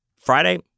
Friday